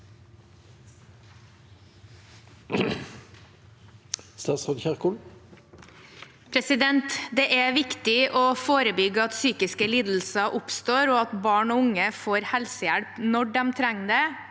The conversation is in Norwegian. Det er viktig å forebygge at psykiske lidelser oppstår, og at barn og unge får helsehjelp når de trenger det,